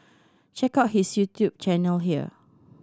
check out his YouTube channel here